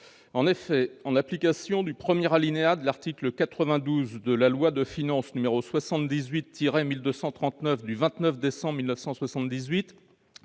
En effet, en application du premier alinéa de l'article 92 de la loi de finances n° 78-1239 du 29 décembre 1978,